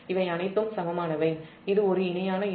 இவை அனைத்தும் சமமானவை இது ஒரு இணையான இணைப்பு